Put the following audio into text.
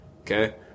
Okay